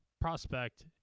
prospect